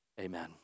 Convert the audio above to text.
amen